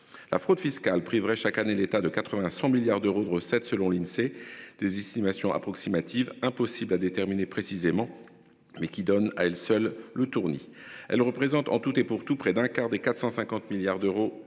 La fraude fiscale priverait chaque année l'état de 80 à 100 milliards d'euros de recettes, selon l'Insee. Des estimations approximatives impossible à déterminer précisément mais qui donne à elle seule le tournis. Elle représente en tout et pour tout près d'un quart des 450 milliards d'euros